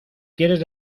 quieres